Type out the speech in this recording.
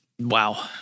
Wow